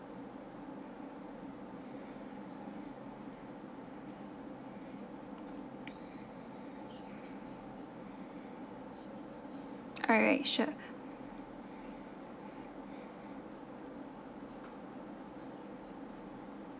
alright sure